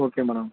okay madam